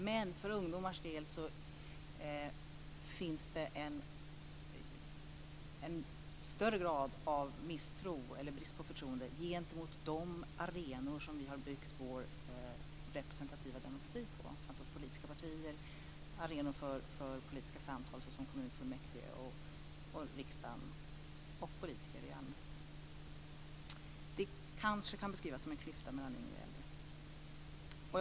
Men för ungdomars del finns det en högre grad av brist på förtroende gentemot de arenor som vi har byggt vår representativa demokrati på, alltså politiska partier, arenor för politiska samtal såsom kommunfullmäktige, riksdag och politiker i allmänhet. Det kanske kan beskrivas som en klyfta mellan yngre och äldre.